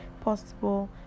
possible